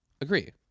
Agree